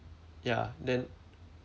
ya then